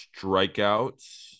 Strikeouts